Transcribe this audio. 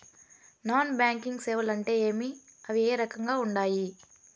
non banking సేవలు అంటే ఏమి అవి ఏ రకంగా ఉండాయి